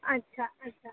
अच्छा अच्छा